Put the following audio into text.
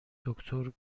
دکتر